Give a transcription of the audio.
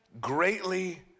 greatly